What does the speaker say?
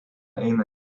eina